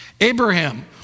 Abraham